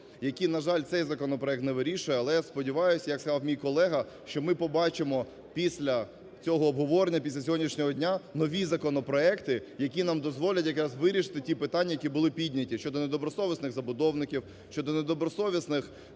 які, на жаль, цей законопроект не вирішує. Але, я сподіваюсь, як сказав мій колега, що ми побачимо після цього обговорення, після сьогоднішнього дня нові законопроекти, які нам дозволять якраз вирішити ті питання, які були підняті: щодо недобросовісних забудовників, щодо недобросовісних